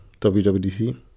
WWDC